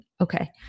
Okay